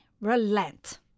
relent